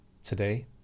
today